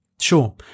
Sure